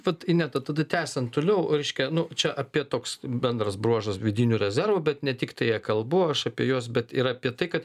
vat ineta tada tęsiant toliau reiškia nu čia apie toks bendras bruožas vidinių rezervų bet ne tiktai e kalbu aš apie juos bet ir apie tai kad